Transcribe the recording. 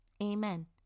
Amen